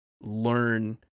learn